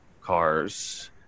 cars